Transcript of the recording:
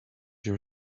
your